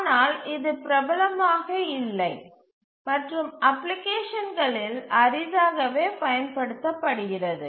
ஆனால் இது பிரபலமாக இல்லை மற்றும் அப்ளிகேஷன்களில் அரிதாகவே பயன்படுத்தப்படுகிறது